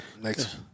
next